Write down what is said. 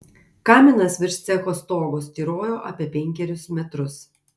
kaminas virš cecho stogo styrojo apie penkerius metrus